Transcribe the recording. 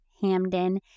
Hamden